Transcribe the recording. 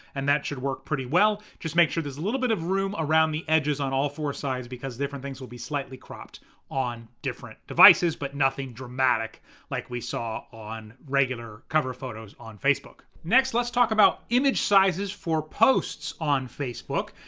and that should work pretty well, just make sure there's a little bit of room around the edges on all four sides because different things will be slightly cropped on different devices, but nothing dramatic like we saw on regular cover photos on facebook. next, let's talk about image sizes for posts on facebook.